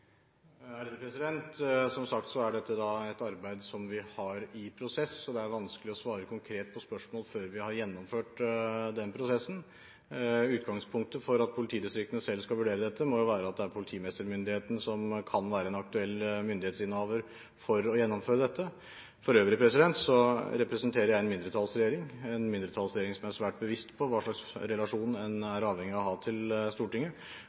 Som sagt er dette et arbeid som vi har i prosess, så det er vanskelig å svare konkret på spørsmål før vi har gjennomført den prosessen. Utgangspunktet for at politidistriktene selv skal vurdere dette, må jo være at det er politimestermyndigheten som kan være en aktuell myndighetsinnehaver for å gjennomføre dette. For øvrig representerer jeg en mindretallsregjering, en mindretallsregjering som er svært bevisst på hva slags relasjon en er avhengig av å ha til Stortinget,